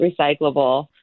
recyclable